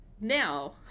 now